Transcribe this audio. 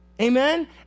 Amen